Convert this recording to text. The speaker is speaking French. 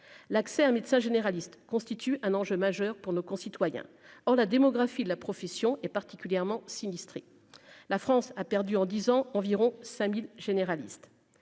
l'accès à un médecin généraliste, constitue un enjeu majeur pour nos concitoyens, or la démographie de la profession est particulièrement sinistré, la France a perdu en 10 ans, environ 5000 généralistes,